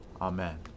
Amen